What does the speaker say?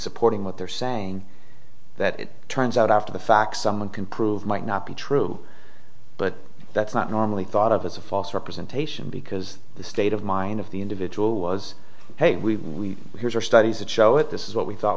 supporting what they're saying that it turns out after the facts someone can prove might not be true but that's not normally thought of as a false representation because the state of mind of the individual was hey we here's our studies that show it this is what we thought